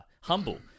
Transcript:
humble